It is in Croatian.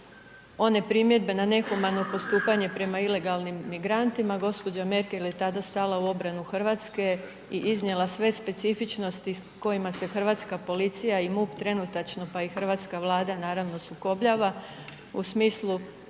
one primjedbe na nehumano postupanje prema ilegalnim migrantima, gđa. Merkel je tada stala u obranu Hrvatske i iznijela sve specifičnosti kojima se hrvatska policija i MUP trenutačno pa i hrvatska Vlada naravno sukobljava u smislu